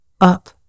up